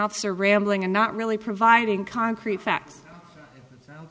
officer rambling and not really providing concrete fa